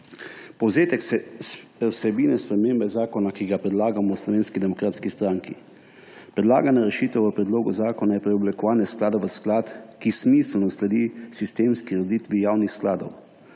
Povzetek vsebine spremembe zakona, ki ga predlagamo v Slovenski demokratski stranki. Predlagana rešitev v predlogu zakona je preoblikovanje sklada v sklad, ki smiselno sledi sistemski ureditvi javnih skladov,